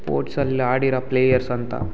ಸ್ಪೋಟ್ಸಲ್ಲಿ ಆಡಿರೋ ಪ್ಲೇಯರ್ಸ್ ಅಂತ